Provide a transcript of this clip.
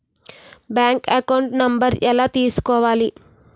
Bank account number ఎలా తీసుకోవాలి?